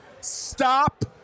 stop